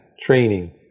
training